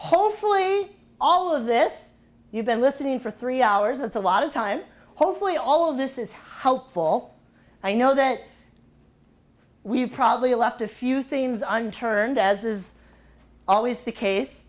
hopefully all of this you've been listening for three hours it's a lot of time hopefully all of this is helpful i know that we've probably left a few things unturned as is always the case